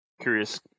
curious